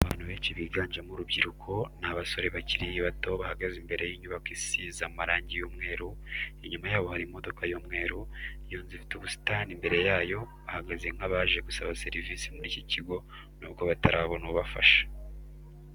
Abantu benshi biganjemo urubyiruko ni abasore bakiri bato bahagaze imbere y'inyubako isize marangi y'umweru, inyuma yabo hari imodoka y'umweru, iyo nzu ifite ubusitani imbere yayo, bahagaze nk'abaje gusaba serivisi muri iki kigo nubwo batarabona ubafasha.